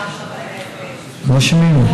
לא שומעים.